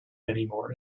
anymore